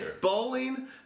bowling